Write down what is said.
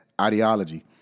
ideology